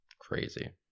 crazy